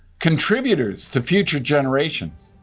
contributors to future generations!